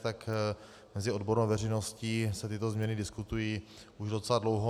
Tak mezi odbornou veřejností se tyto změny diskutují už docela dlouho.